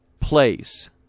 place